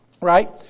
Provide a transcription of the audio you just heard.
right